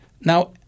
Now